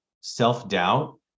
self-doubt